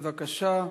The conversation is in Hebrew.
בבקשה.